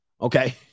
okay